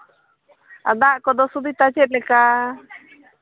ᱟᱨ ᱫᱟᱜ ᱠᱚᱫᱚ ᱥᱩᱵᱤᱫᱷᱟ ᱪᱮᱫ ᱞᱮᱠᱟ